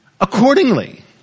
accordingly